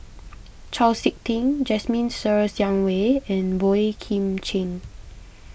Chau Sik Ting Jasmine Ser Xiang Wei and Boey Kim Cheng